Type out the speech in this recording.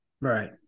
Right